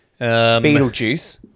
Beetlejuice